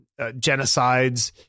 genocides